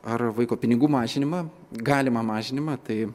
ar vaiko pinigų mažinimą galimą mažinimą tai